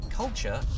culture